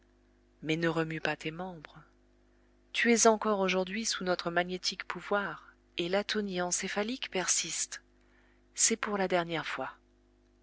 mais ne remue pas tes membres tu es encore aujourd'hui sous notre magnétique pouvoir et l'atonie encéphalique persiste c'est pour la dernière fois